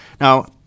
now